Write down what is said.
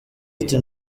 ati